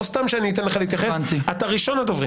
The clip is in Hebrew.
לא סתם אני אתן לך להתייחס, אתה ראשון הדוברים.